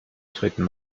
treten